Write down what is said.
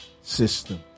system